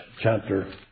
chapter